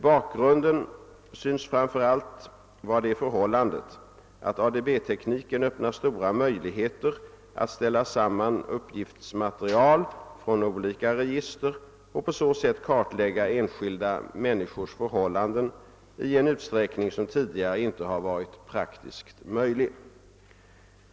Bakgrunden synes framför allt vara det förhållandet att ADB-tekniken öppnar stora möjligheter att ställa samman uppgiftsmaterial från olika register och på så sätt kartlägga enskilda människors förhållanden i en utsträckning som tidigare inte har varit praktiskt möjlig.